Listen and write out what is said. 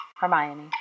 Hermione